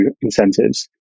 incentives